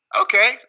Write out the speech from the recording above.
okay